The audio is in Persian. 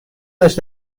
داشت